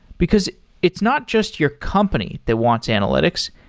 because it's not just your company that wants analytics.